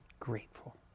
grateful